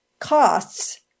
costs